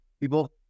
people